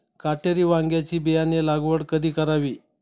काटेरी वांग्याची बियाणे लागवड कधी करावी?